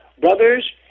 brothers